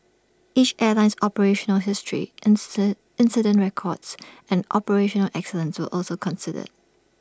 each airline's operational history incident records and operational excellence to also considered